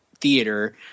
theater